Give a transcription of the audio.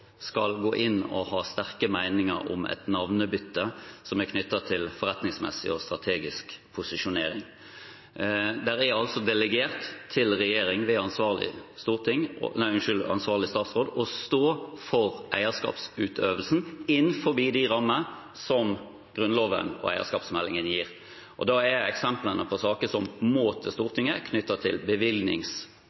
skal gå inn og ha sterke meninger om et navnebytte som er knyttet til forretningsmessig og strategisk posisjonering. Det er delegert til regjeringen ved ansvarlig statsråd å stå for eierskapsutøvelsen innenfor de rammer som Grunnloven og eierskapsmeldingen gir, og da er eksemplene på saker som må til Stortinget, knyttet til